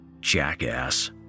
Jackass